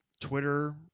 Twitter